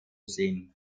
sehen